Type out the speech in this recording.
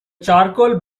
charcoal